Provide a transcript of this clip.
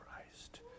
Christ